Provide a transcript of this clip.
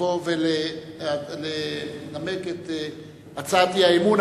לבוא ולנמק את הצעת האי-אמון,